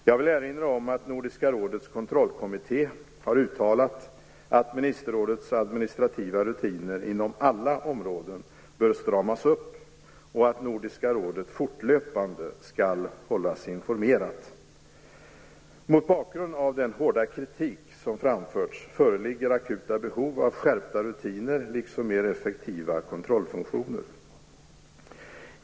Jag vill erinra om att Nordiska rådets kontrollkommitté har uttalat att ministerrådets administrativa rutiner inom alla områden bör stramas upp och att Nordiska rådet fortlöpande skall hållas informerat. Mot bakgrund av den hårda kritik som har framförts föreligger akuta behov av skärpta rutiner liksom mer effektiva kontrollfunktioner.